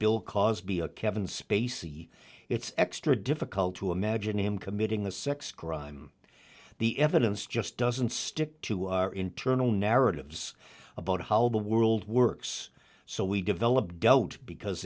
bill cosby a kevin spacey it's extra difficult to imagine him committing a sex crime the evidence just doesn't stick to our internal narratives about how the world works so we develop dealt because